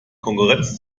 konkurrenz